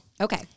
Okay